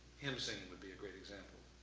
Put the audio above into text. hymn-singing would be a great example.